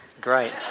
Great